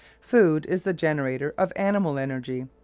food is the generator of animal energy,